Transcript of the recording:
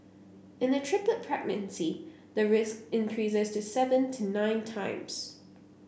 in a triplet pregnancy the risk increases to seven to nine times